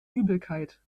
übelkeit